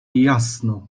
jasno